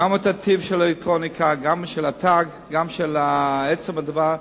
גם את טיב האלקטרוניקה, התג, גם את עצם הדבר,